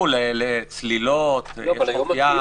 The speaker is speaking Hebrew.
לצלילות, לבריכות.